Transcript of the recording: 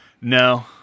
No